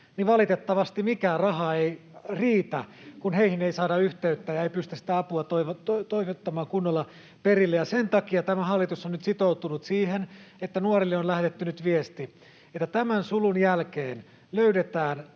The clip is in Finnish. etänä, valitettavasti mikään raha ei riitä, kun heihin ei saada yhteyttä ja ei pystytä sitä apua toimittamaan kunnolla perille. Sen takia tämä hallitus on nyt sitoutunut siihen ja nuorille on lähetetty nyt viesti, että tämän sulun jälkeen löydetään